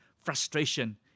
frustration